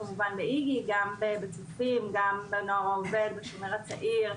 באיג"י, בצופים, בנוער העובד, בשומר הצעיר,